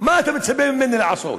זה אומר שאם מישהו נפצע באותן הדירות,